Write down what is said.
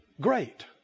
great